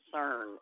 concern